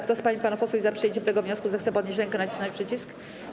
Kto z pań i panów posłów jest za przyjęciem tego wniosku, zechce podnieść rękę i nacisnąć przycisk.